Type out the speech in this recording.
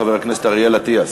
חבר הכנסת אריאל אטיאס.